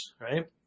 right